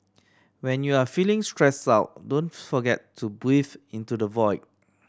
when you are feeling stressed out don't forget to breathe into the void